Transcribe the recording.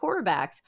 quarterbacks